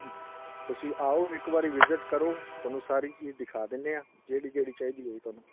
ਤੁਸੀਂ ਆਓ ਇੱਕ ਵਾਰੀ ਵਿਜਿਟ ਕਰੋ ਤੁਹਾਨੂੰ ਸਾਰੀ ਚੀਜ਼ ਦਿਖਾ ਦਿੰਦੇ ਹਾਂ ਜਿਹੜੀ ਜਿਹੜੀ ਚਾਹੀਦੀ ਹੋਈ ਤੁਹਾਨੂੰ